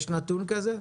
יש נתון כזה?